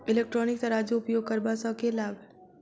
Electronic तराजू उपयोग करबा सऽ केँ लाभ?